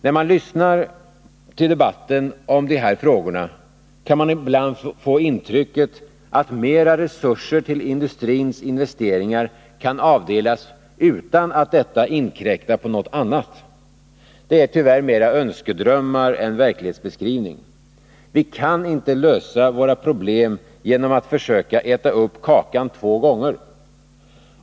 När man lyssnar till debatten om dessa frågor kan man ibland få intrycket att mera resurser till industrins investeringar kan avdelas utan att detta inkräktar på något annat. Det är tyvärr mera en önskedröm än en verklighetsbeskrivning. Vi kan inte lösa våra problem genom att försöka äta upp kakan två gånger.